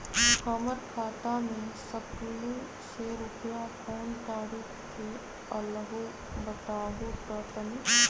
हमर खाता में सकलू से रूपया कोन तारीक के अलऊह बताहु त तनिक?